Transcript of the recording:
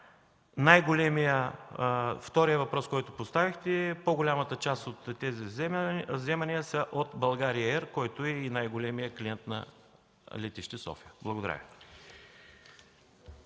Вторият въпрос, който поставихте – по-голямата част от тези вземания са от „България ер”, който е и най-големият клиент на летище София. Благодаря